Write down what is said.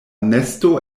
nesto